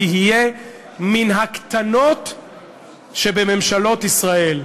תהיה מן הקטנות שבממשלות ישראל.